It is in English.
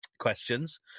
Questions